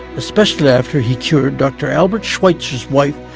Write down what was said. specially after he cured dr. albert schweitzer's wife,